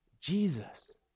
Jesus